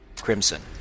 crimson